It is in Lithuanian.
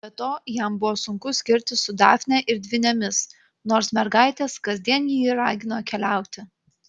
be to jam buvo sunku skirtis su dafne ir dvynėmis nors mergaitės kasdien jį ragino keliauti